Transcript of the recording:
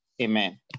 Amen